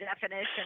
definition